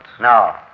No